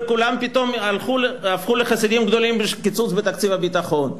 וכולם פתאום הפכו להיות חסידים גדולים של קיצוץ בתקציב הביטחון.